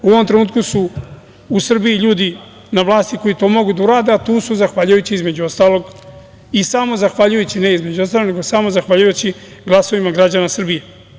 U ovom trenutku su u Srbiji na vlasti ljudi koji to mogu da urade, a tu su zahvaljujući, između ostalog, i samo zahvaljujući, ne između ostalog, glasovima građana Srbije.